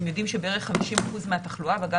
ד"ר אלרעי-פרייס והמצגת של ד"ר